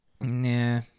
Nah